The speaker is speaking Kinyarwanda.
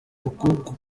uku